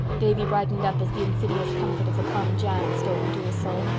davy brightened up as the insidious comfort of the plum jam stole into his soul.